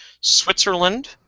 Switzerland